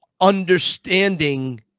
understanding